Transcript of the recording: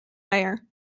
mayer